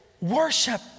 worship